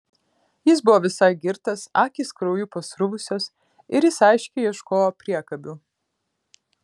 jis buvo visai girtas akys krauju pasruvusios ir jis aiškiai ieškojo priekabių